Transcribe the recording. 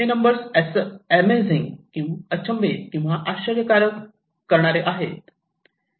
हे numbers amazing अचंबित किंवा आश्चर्यकारक करणारे आहेत